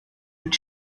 mit